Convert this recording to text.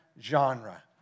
genre